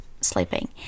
sleeping